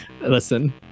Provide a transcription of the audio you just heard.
Listen